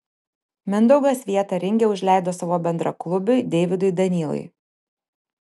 mindaugas vietą ringe užleido savo bendraklubiui deividui danylai